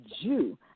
Jew